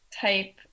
type